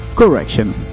Correction